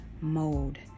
mode